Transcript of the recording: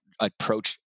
approach